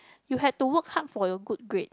you had to work hard for your good grade